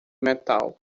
metal